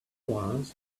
once